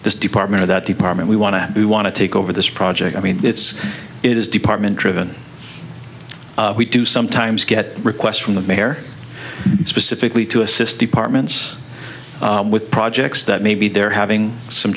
this department or that department we want to add we want to take over this project i mean it's it is department driven we do sometimes get requests from the mayor specifically to assist departments with projects that maybe they're having some